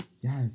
Yes